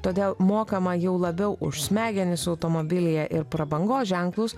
todėl mokama jau labiau už smegenis automobilyje ir prabangos ženklus